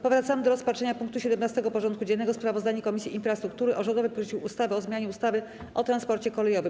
Powracamy do rozpatrzenia punktu 17. porządku dziennego: Sprawozdanie Komisji Infrastruktury o rządowym projekcie ustawy o zmianie ustawy o transporcie kolejowym.